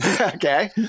Okay